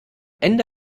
ende